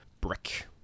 brick